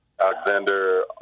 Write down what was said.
Alexander